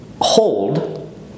hold